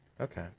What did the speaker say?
Okay